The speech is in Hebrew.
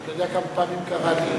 אתה יודע כמה פעמים קרה לי?